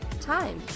time